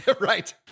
Right